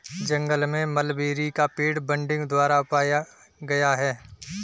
जंगल में मलबेरी का पेड़ बडिंग द्वारा उगाया गया है